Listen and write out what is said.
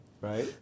Right